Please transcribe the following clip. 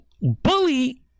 bully